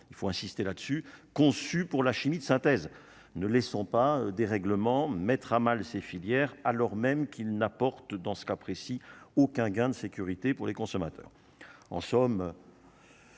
il faut insister là-dessus, conçu pour la chimie de synthèse ne laissons pas des règlements, mettre à mal ces filières, alors même qu'il n'apporte, dans ce cas précis, aucun gain de sécurité pour les consommateurs